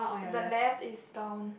the left is down